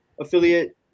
affiliate